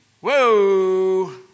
Whoa